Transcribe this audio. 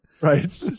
Right